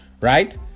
right